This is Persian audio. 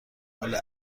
ماله